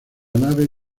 nave